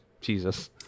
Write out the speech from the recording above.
Jesus